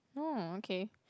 oh okay